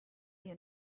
you